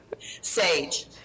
Sage